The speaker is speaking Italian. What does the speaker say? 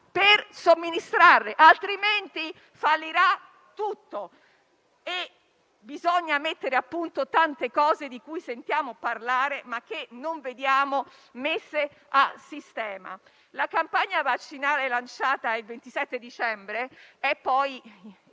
per somministrarle, altrimenti fallirà tutto. Bisogna mettere a punto tante cose, di cui sentiamo parlare ma che non vediamo messe a sistema. La campagna vaccinale lanciata il 27 dicembre è poi